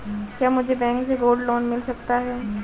क्या मुझे बैंक से गोल्ड लोंन मिल सकता है?